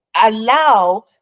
allow